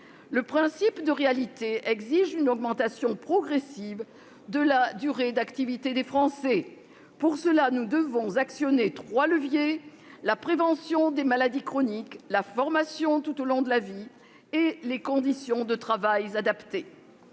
Le principe de réalité exige une augmentation progressive de la durée d'activité des Français. Pour cela, nous devons actionner trois leviers : la prévention des maladies chroniques, la formation tout au long de la vie et des conditions de travail adaptées.